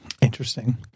Interesting